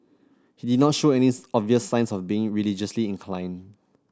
he did not show any obvious signs of being religiously inclined